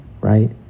right